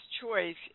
choice